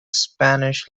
spanish